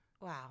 Wow